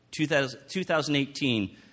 2018